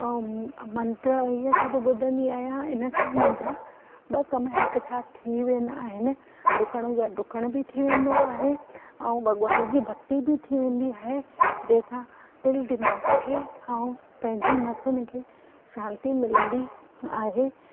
ऐं मंत्र इहे सभु ॿुधंदी आहियां इन सां मुंहिंजा ॿ कम हिक साथ थी वेंदा आहिनि डुकण जो डुकण बि थी वेंदो आहे ऐं भगवान जी भक्ति बि थी वेंदी आहे जेसां दिल दिमाग़ खे ऐं पंहिंजी नसुनि खे शांती मिलंदी आहे